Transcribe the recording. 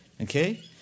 Okay